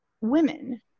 women